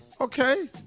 Okay